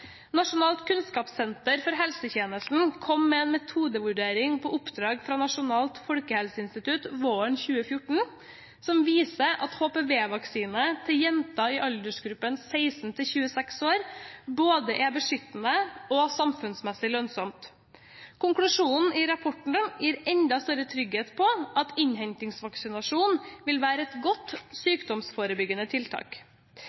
Nasjonalt kunnskapssenter for helsetjenesten kom med en metodevurdering på oppdrag fra Nasjonalt folkehelseinstitutt våren 2014, som viser at HPV-vaksine til jenter i aldersgruppen 16–26 år er både beskyttende og samfunnsmessig lønnsomt. Konklusjonen i rapporten gir enda større trygghet for at innhentingsvaksinasjon vil være et godt sykdomsforebyggende tiltak.